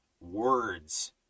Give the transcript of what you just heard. words